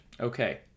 Okay